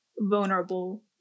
vulnerable